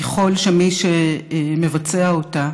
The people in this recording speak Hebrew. וככל שמי שמבצע אותה